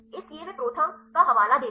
इसलिए वे प्रोथर्म का हवाला देते हैं